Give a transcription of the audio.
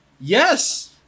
yes